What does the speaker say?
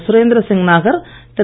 Surendra Singh Nagar Thiru